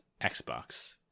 Xbox